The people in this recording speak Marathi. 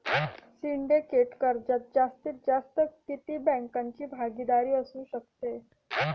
सिंडिकेट कर्जात जास्तीत जास्त किती बँकांची भागीदारी असू शकते?